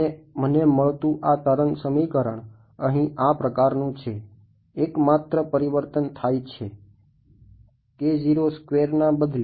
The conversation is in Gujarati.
અને મને મળતું આ તરંગ સમીકરણ અહીં આ પ્રકારનું છે એકમાત્ર પરિવર્તન થાય છે ના બદલે